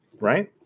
right